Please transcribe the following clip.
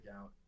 out